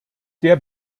der